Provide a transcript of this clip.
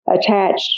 attached